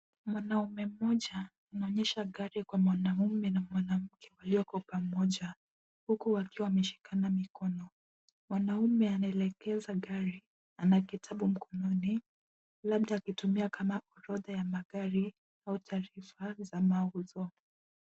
Mwanaume moja, anaonyesha gari kwa mwanaume na mwanamke walioko pamoja, huku wakiwa wameshikana mikono. Mwanaume anaelekeza gari, ana kitabu mkononi, labda akiiitumia kama orodha ya magari au taarifa za mauzo.